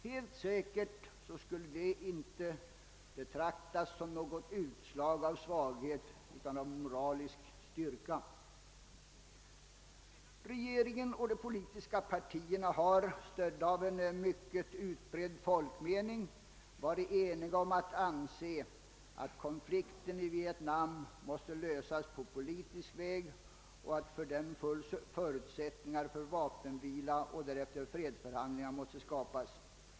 Helt säkert skulle det inte betraktas som något utslag av svaghet, utan av moralisk styrka. Regeringen och de politiska partierna i vårt land har, stödda av en mycket utbredd folkmening, varit eniga om att anse att konflikten i Vietnam måste lösas på politisk väg och att därför förutsättningar för vapenvila och därefter fredsförhandlingar måste skapas.